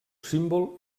símbol